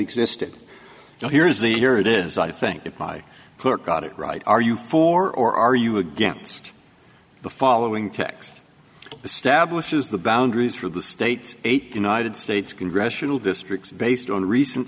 existed so here is the here it is i think if i put got it right are you for or are you against the following text establishes the boundaries for the state's eight united states congressional districts based on recent